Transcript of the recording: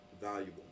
valuable